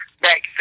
back